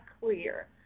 clear